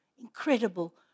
incredible